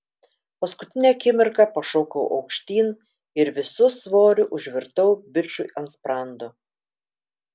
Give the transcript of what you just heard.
paskutinę akimirką pašokau aukštyn ir visu svoriu užvirtau bičui ant sprando